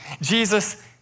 Jesus